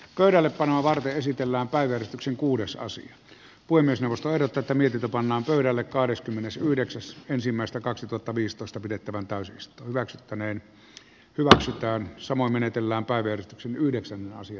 pöydällepanoa varten esitellään päivystyksen kuudesosan voi myös ostaa tätä mietitä pannaan pöydälle kahdeskymmenesyhdeksäs ensimmäistä kaksituhattaviisitoista pidettävän täysin istu maksettaneen lausutaan samoin menetellään päivän yhdeksän nasi